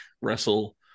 wrestle